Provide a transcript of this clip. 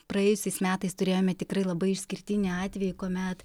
praėjusiais metais turėjome tikrai labai išskirtinį atvejį kuomet